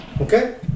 Okay